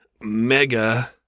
Mega